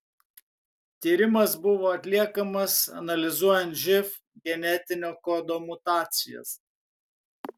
tyrimas buvo atliekamas analizuojant živ genetinio kodo mutacijas